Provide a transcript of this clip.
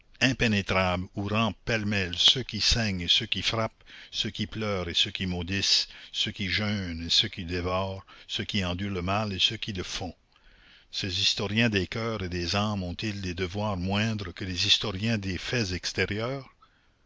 impénétrables où rampent pêle-mêle ceux qui saignent et ceux qui frappent ceux qui pleurent et ceux qui maudissent ceux qui jeûnent et ceux qui dévorent ceux qui endurent le mal et ceux qui le font ces historiens des coeurs et des âmes ont-ils des devoirs moindres que les historiens des faits extérieurs